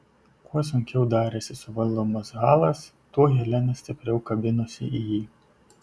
kuo sunkiau darėsi suvaldomas halas tuo helena stipriau kabinosi į jį